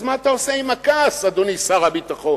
אז מה אתה עושה עם הכעס, אדוני שר הביטחון?